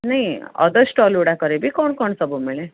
ନାଇଁ ଅଦର୍ ଷ୍ଟଲ୍ଗୁଡ଼ାକରେ ବି କ'ଣ କ'ଣ ସବୁ ମିଳେ